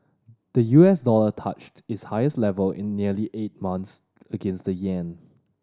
the U S dollar touched its highest level in nearly eight months against the yen